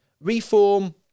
Reform